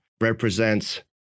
represents